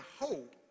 hope